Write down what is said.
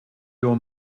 your